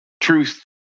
truth